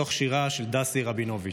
מתוך שירה של דסי רבינוביץ'.